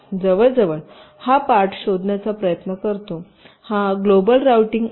जवळजवळ हा पार्ट शोधण्याचा प्रयत्न करतो हा ग्लोबल रूटिंग आहे